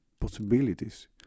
possibilities